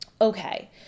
Okay